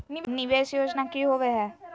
निवेस योजना की होवे है?